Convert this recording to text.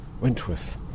Wentworth